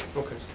okay.